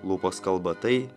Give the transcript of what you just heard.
lūpos kalba tai